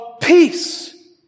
peace